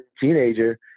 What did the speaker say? teenager